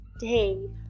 Day